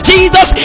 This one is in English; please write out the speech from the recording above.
Jesus